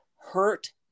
hurt